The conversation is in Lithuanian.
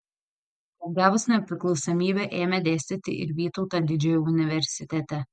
atgavus nepriklausomybę ėmė dėstyti ir vytauto didžiojo universitete